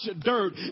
dirt